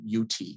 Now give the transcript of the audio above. UT